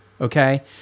okay